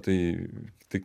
tai tik